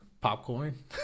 Popcorn